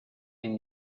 and